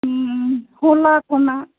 ᱦᱚᱞᱟ ᱠᱷᱚᱱᱟᱜ